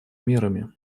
мерами